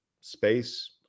space